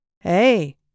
Hey